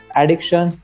addiction